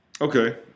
Okay